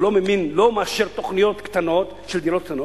ולא מאשר תוכניות של דירות קטנות,